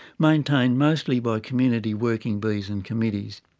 maintained mostly by community working bees and committees.